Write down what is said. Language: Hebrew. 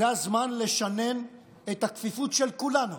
זה הזמן לשנן את הכפיפות של כולנו,